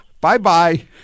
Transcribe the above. bye-bye